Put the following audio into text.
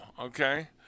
okay